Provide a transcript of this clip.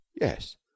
yes